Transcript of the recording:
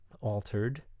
altered